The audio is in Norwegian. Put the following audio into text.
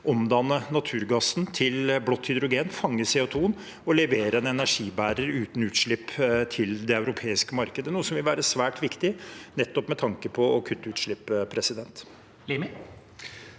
omdanne naturgassen til blått hydrogen, fange CO2 og levere en energibærer uten utslipp til det europeiske markedet, noe som vil være svært viktig med tanke på å kutte utslipp. Hans